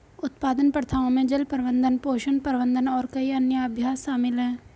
उत्पादन प्रथाओं में जल प्रबंधन, पोषण प्रबंधन और कई अन्य अभ्यास शामिल हैं